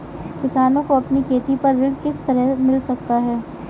किसानों को अपनी खेती पर ऋण किस तरह मिल सकता है?